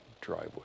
driveway